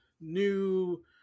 new